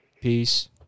peace